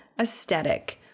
aesthetic